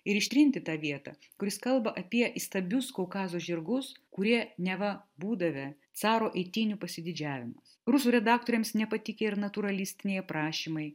ir ištrinti tą vietą kur jis kalba apie įstabius kaukazo žirgus kurie neva būdavę caro eitynių pasididžiavimas rusų redaktoriams nepatikę ir natūralistiniai aprašymai